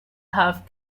have